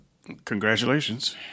Congratulations